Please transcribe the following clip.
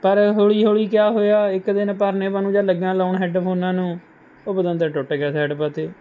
ਪਰ ਹੌਲੀ ਹੌਲੀ ਕਿਆ ਹੋਇਆ ਇੱਕ ਦਿਨ ਪਰਨੇ ਪਾ ਨੂੰ ਲੱਗਿਆ ਲਗਾਉਣ ਹੈੱਡਫੋਨਾਂ ਨੂੰ ਉਹ ਪਤੰਦਰ ਟੁੱਟ ਗਿਆ ਸਾਈਡ ਪਾ 'ਤੇ